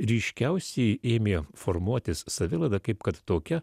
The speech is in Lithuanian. ryškiausiai ėmė formuotis savilaida kaip kad tokia